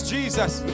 Jesus